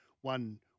one